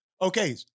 Okay